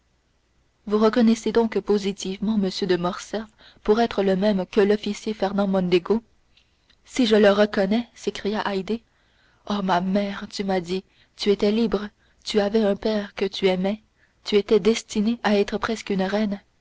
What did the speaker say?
vous reconnaissez donc positivement m de morcerf pour être le même que l'officier fernand mondego si je le reconnais s'écria haydée oh ma mère tu m'as dit tu étais libre tu avais un père que tu aimais tu étais destinée à être presque une reine